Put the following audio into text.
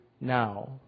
now